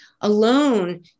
alone